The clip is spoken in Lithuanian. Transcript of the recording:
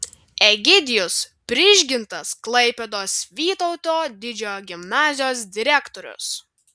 egidijus prižgintas klaipėdos vytauto didžiojo gimnazijos direktorius